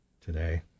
today